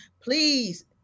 please